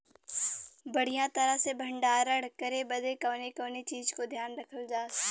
बढ़ियां तरह से भण्डारण करे बदे कवने कवने चीज़ को ध्यान रखल जा?